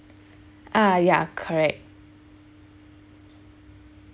ah yeah correct